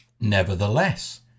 Nevertheless